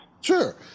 Sure